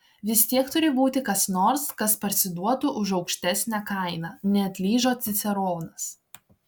vis tiek turi būti kas nors kas parsiduotų už aukštesnę kainą neatlyžo ciceronas